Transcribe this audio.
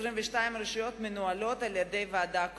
22 רשויות מנוהלות על-ידי ועדה קרואה.